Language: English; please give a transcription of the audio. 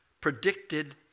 predicted